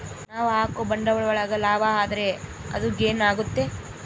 ನಾವ್ ಹಾಕೋ ಬಂಡವಾಳ ಒಳಗ ಲಾಭ ಆದ್ರೆ ಅದು ಗೇನ್ ಆಗುತ್ತೆ